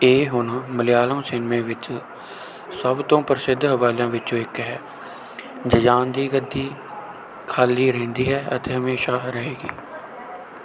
ਇਹ ਹੁਣ ਮਲਿਆਲਮ ਸਿਨੇਮੇ ਵਿੱਚ ਸਭ ਤੋਂ ਪ੍ਰਸਿੱਧ ਹਵਾਲਿਆਂ ਵਿੱਚੋਂ ਇੱਕ ਹੈ ਜਯਾਨ ਦੀ ਗੱਦੀ ਖਾਲੀ ਰਹਿੰਦੀ ਹੈ ਅਤੇ ਹਮੇਸ਼ਾ ਰਹੇਗੀ